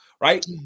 right